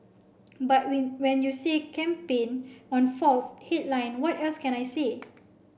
but when when you see campaign on faults headline what else can I say